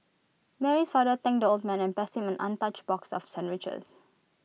Mary's father thanked the old man and passed him an untouched box of sandwiches